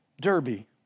Derby